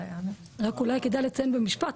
רק אולי כדאי לציין במשפט,